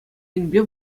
енӗпе